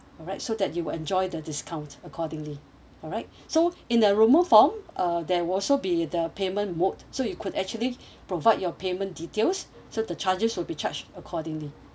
alright so that you will enjoy the discount accordingly alright so in the enrolment form uh there will also be the payment mode so you could actually provide your payment details so the charges will be charged accordingly